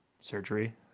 surgery